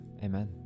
Amen